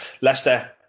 Leicester